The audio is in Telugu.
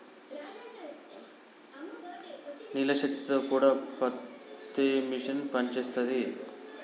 నీళ్ల శక్తి తో కూడా పత్తి మిషన్ పనిచేస్తది